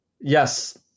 Yes